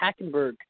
Hackenberg